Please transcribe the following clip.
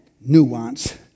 nuance